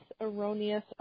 erroneous